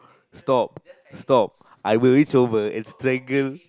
stop stop I will reach over and strangle